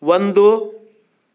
ಒಂದು